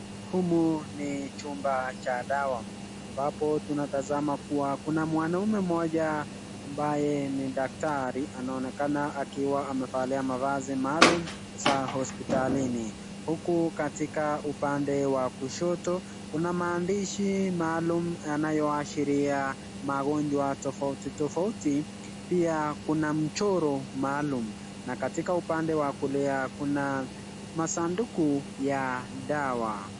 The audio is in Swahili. Humu ni chumba cha dawa ,ambapo tunatazama kuwa kuna mwanaumme mmoja ambaye ni daktari, anaonekana akiwa amevalia mavazi maalum za hospitalini .Huku katika upande wa kushoto kuna maandishi maalum yanayoashilia magonjwa tofauti tofauti pia kuna mchoro maalum, na katika upande wa kulia kuna masaduku ya dawa.